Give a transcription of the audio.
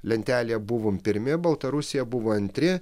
lentelėje buvom pirmi baltarusija buvo antri